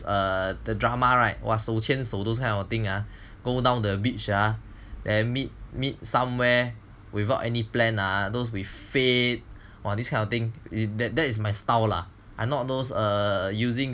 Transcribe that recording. err the drama right !wah! 手牵手 those kind of thing ah go down the beach ah then meet meet somewhere without any plan ah those with fate !wah! this kind of thing in that that is my style lah I not those using